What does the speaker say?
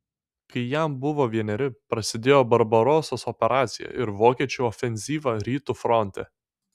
kai jam buvo vieneri prasidėjo barbarosos operacija ir vokiečių ofenzyva rytų fronte